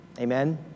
Amen